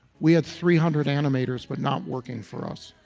we had three hundred animators but not working for us.